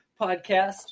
podcast